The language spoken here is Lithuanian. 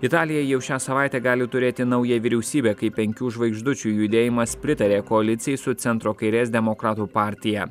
italija jau šią savaitę gali turėti naują vyriausybę kaip penkių žvaigždučių judėjimas pritarė koalicijai su centro kairės demokratų partija